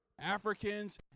Africans